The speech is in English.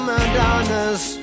Madonna's